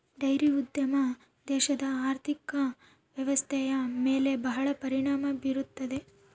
dairy ಉದ್ಯಮ ದೇಶದ ಆರ್ಥಿಕ ವ್ವ್ಯವಸ್ಥೆಯ ಮೇಲೆ ಬಹಳ ಪರಿಣಾಮ ಬೀರುತ್ತದೆ